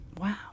Wow